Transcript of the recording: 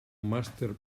màster